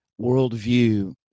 worldview